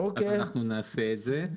אבל אנחנו נעשה את זה.